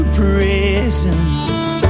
presence